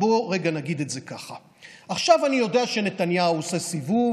בואו רגע נגיד את זה ככה: עכשיו אני יודע שנתניהו עשה סיבוב,